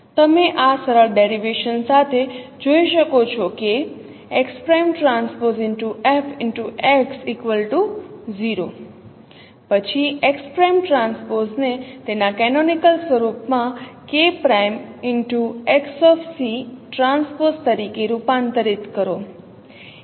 તમે આ સરળ ડેરિવેશન સાથે જોઈ શકો છો કે પછી ને તેના કેનોનિકલ સ્વરૂપમાં તરીકે રૂપાંતરિત કરો